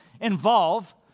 involve